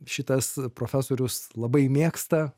šitas profesorius labai mėgsta